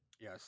Yes